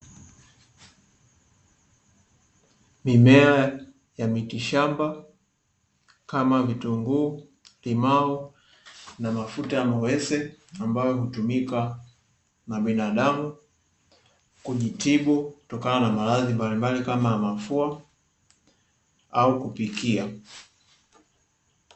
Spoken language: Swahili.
Mimea ya mitishamba kama vitunguu, limau na mafuta ya mawese; ambayo hutumika na binadamu kijitibu kutokana na maradhi mbalimbali; kama mafua au kupikia.